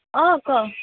অঁ ক